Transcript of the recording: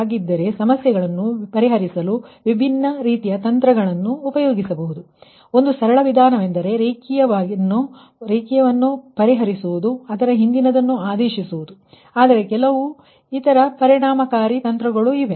ಹಾಗಾಗಿ ಸಮಸ್ಯೆಗಳನ್ನು ಪರಿಹರಿಸಲು ವಿಭಿನ್ನ ತಂತ್ರಗಳಿವೆ ಇದರಲ್ಲಿ ಒಂದು ಸರಳ ವಿಧಾನವೆಂದರೆ ರೇಖೀಯವನ್ನು ಪರಿಹರಿಸುವುದು ಅಂದರೆ ಸಬ್ಸ್ಟಿಟ್ಯೂಟ್ ಮಾಡುವುದು ಆದರೆ ಕೆಲವು ಇತರ ಪರಿಣಾಮಕಾರಿ ತಂತ್ರಗಳು ಇವೆ